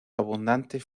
abundantes